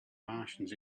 martians